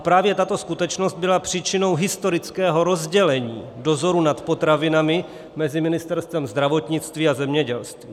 Právě tato skutečnost byla příčinou historického rozdělení dozoru nad potravinami mezi Ministerstvem zdravotnictví a zemědělství.